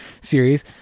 series